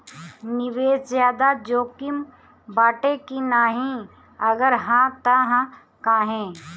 निवेस ज्यादा जोकिम बाटे कि नाहीं अगर हा तह काहे?